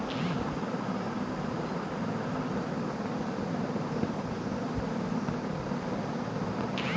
गाछ मृदा संरक्षण प्रक्रिया मे मदद करो हय